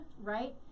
right